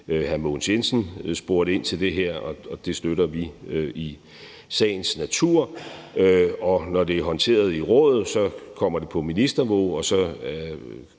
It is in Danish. Hr. Mogens Jensen spurgte ind til det her, og det støtter vi i sagens natur, og når det er håndteret i rådet, kommer det på ministerniveau, og så